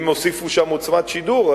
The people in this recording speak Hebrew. אם יוסיפו עוצמת שידור,